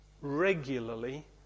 regularly